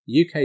UK